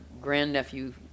grandnephew